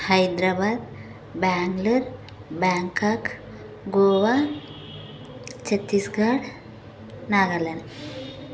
Hyderabad Bengaluru Bangkok Goa Chhattisgarh Nagaland